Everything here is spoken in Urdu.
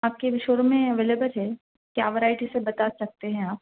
آپ کے بھی شو روم میں اویلیبل ہے کیا ورائٹیز ہے بتا سکتے ہیں آپ